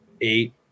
eight